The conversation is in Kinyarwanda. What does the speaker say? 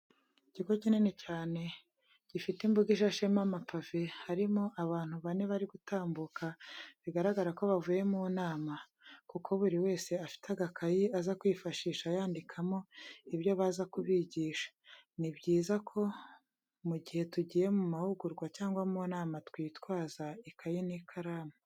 Ikigo kinini cyane gifite imbuga ishashemo amapave, harimo abantu bane bari gutambuka bigaragara ko bavuye mu nama, kuko buri wese afite agakayi aza kwifashisha yandikamo ibyo baza kubigisha. Ni byiza ko mu gihe tugiye mu mahugurwa cyangwa mu nama, twitwaza ikayi n'ikaramu.